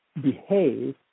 behave